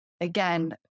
Again